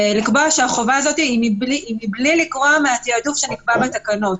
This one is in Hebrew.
לקבוע שהחובה הזאת היא מבלי לגרוע מהתעדוף שנקבע בתקנות,